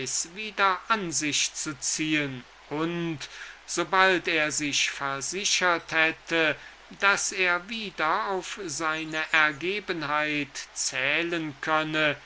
wieder an sich zu ziehen und so bald er sich versichert hatte daß er wie vormals auf seine ergebenheit zählen könne